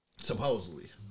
Supposedly